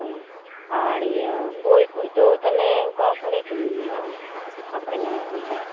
ᱦᱳᱭ ᱟᱨ ᱤᱭᱟᱹ ᱵᱳᱭ ᱠᱚ ᱫᱚ ᱛᱟᱦᱞᱮ ᱚᱠᱟ ᱠᱚᱨᱮ ᱠᱤᱨᱤᱝ ᱦᱩᱭᱩᱜᱼᱟ ᱚᱠᱟ ᱠᱚᱨᱮ ᱧᱟᱢᱚᱜ ᱠᱟᱱᱟ